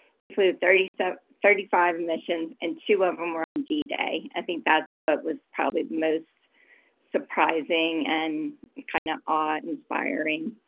he flew thirty so thirty five missions and two of them were on d-day. i think that's what was probably the most surprising and kind of awe inspiring